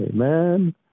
Amen